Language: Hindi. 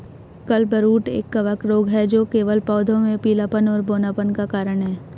क्लबरूट एक कवक रोग है जो केवल पौधों में पीलापन और बौनापन का कारण है